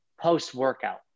post-workout